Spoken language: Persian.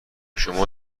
شما